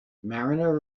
mariner